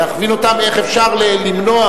להכווין אותם איך אפשר למנוע.